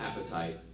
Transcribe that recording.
appetite